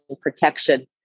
protection